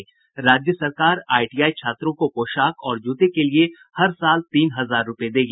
राज्य सरकार आईटीआई छात्रों को पोशाक और जूते के लिए हर साल तीन हजार रूपये देगी